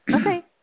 Okay